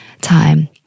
time